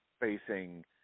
facing